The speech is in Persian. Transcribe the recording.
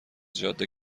جاده